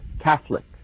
Catholic